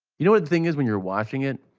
you know what the thing is when you're watching it?